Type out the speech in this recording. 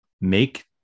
make